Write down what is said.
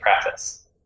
preface